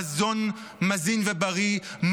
מזון מזין ובריא,